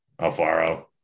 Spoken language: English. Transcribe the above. Alfaro